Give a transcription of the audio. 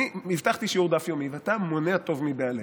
הבטחתי שיעור דף יומי, ואתה מונע טוב מבעליו,